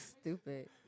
Stupid